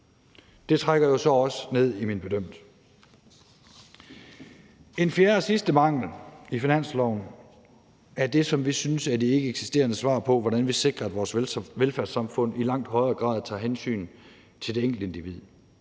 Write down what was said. Det trækker jo så også ned i min bedømmelse. En fjerde og sidste mangel i finansloven er det, som vi synes er et ikkeeksisterende svar på, hvordan vi sikrer, at vores velfærdssamfund i langt højere grad tager hensyn til det enkelte individ.